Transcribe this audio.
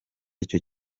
aricyo